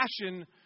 passion